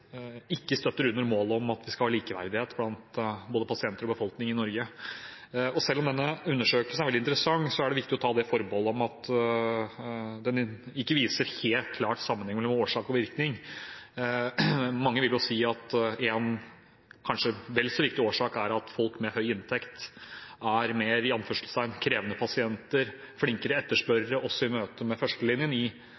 ikke støtter opp under målet om at det skal være likeverdighet blant både pasienter og annen befolkning i Norge. Selv om denne undersøkelsen er veldig interessant, er det viktig å ta det forbehold at den ikke viser helt klar sammenheng mellom årsak og virkning. Mange vil si at en kanskje vel så viktig årsak er at folk med høy inntekt er mer «krevende» pasienter og flinkere etterspørrere også i